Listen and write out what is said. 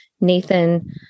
Nathan